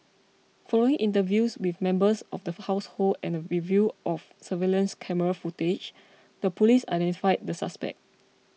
following interviews with members of the for household and a review of surveillance camera footage the police identified the suspect